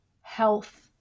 health